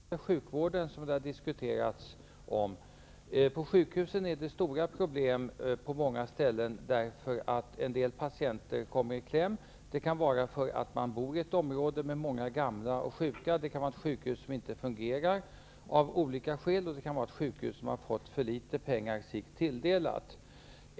Fru talman! Jag vill ställa en fråga som har diskuterats angående sjukvården. På många sjukhus finns det stora problem och en del patienter kommer i kläm. Det kan de göra för att de bor i ett område där det finns många gamla och sjuka, för att de tillhör ett sjukhus som inte fungerar av olika skäl eller för att sjukhuset har blivit tilldelat för litet pengar.